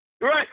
Right